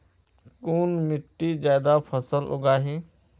कुन मिट्टी ज्यादा फसल उगहिल?